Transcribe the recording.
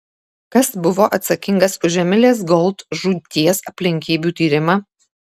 kas buvo atsakingas už emilės gold žūties aplinkybių tyrimą